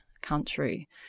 country